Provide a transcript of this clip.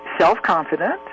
self-confident